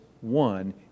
one